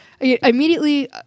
immediately